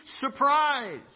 surprise